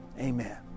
Amen